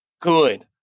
good